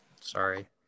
Sorry